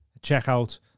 checkout